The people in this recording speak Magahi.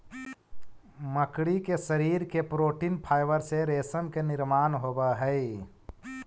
मकड़ी के शरीर के प्रोटीन फाइवर से रेशम के निर्माण होवऽ हई